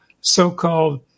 so-called